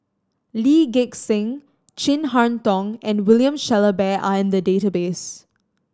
Lee Gek Seng Chin Harn Tong and William Shellabear are in the database